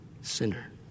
sinner